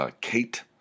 Kate